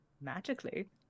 magically